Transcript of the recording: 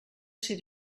ser